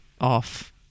off